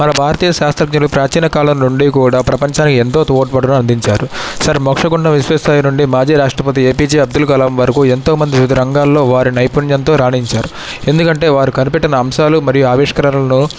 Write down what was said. మన భారతీయ శాస్త్రజ్ఞులు ప్రాచీన కాలం నుండి కూడా ప్రపంచానికి ఎంతో తోడ్పటును అందించారు సర్ మోక్షగుండం విశ్వేశ్వరయ్య నుండి మాజీ రాష్ట్రపతి ఏపీజే అబ్దుల్ కలాం వరకు ఎంతో మంది వివిధ రంగాల్లో వారి నైపుణ్యంతో రాణించారు ఎందుకంటే వారు కనిపెట్టిన అంశాలు మరియు ఆవిష్కరణలో